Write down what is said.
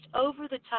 over-the-top